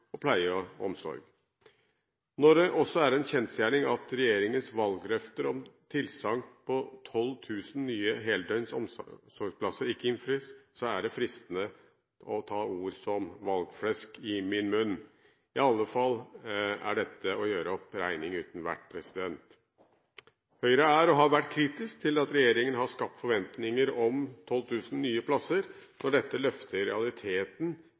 og omsorg». Når det også er en kjensgjerning at regjeringens valgløfter om tilsagn på 12 000 nye heldøgns omsorgsplasser ikke innfris, er jeg fristet til å ta ord som «valgflesk» i min munn. I alle fall er dette å gjøre opp regning uten vert. Høyre er og har vært kritisk til skapte forventninger om 12 000 nye plasser når dette løftet i realiteten